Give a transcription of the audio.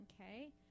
Okay